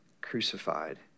crucified